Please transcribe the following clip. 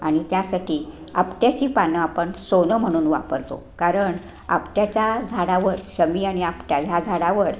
आणि त्यासाठी आपट्याची पानं आपण सोनं म्हणून वापरतो कारण आपट्याच्या झाडावर शमी आणि आपटा ह्या झाडावर